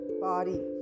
body